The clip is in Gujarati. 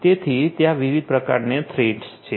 તેથી ત્યાં વિવિધ પ્રકારની થ્રેટ્સ છે